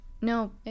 No